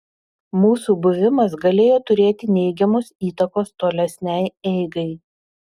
mūsų buvimas galėjo turėti neigiamos įtakos tolesnei eigai